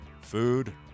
food